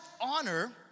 honor